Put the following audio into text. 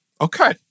Okay